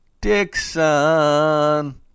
Dixon